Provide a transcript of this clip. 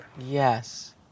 Yes